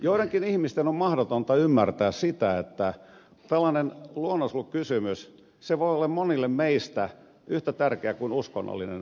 joidenkin ihmisten on mahdotonta ymmärtää sitä että tällainen luonnonsuojelukysymys voi olla monille meistä yhtä tärkeä kuin uskonnollinen vakaumus